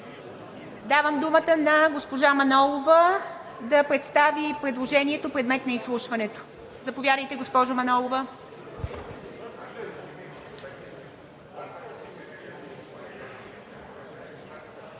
Давам думата на госпожа Манолова да представи предложението, предмет на изслушването. Заповядайте, госпожо Манолова.